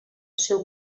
seu